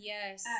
Yes